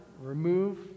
remove